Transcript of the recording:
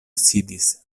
sidis